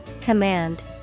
Command